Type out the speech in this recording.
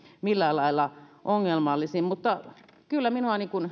millään lailla ongelmallisin asia mutta kyllä minua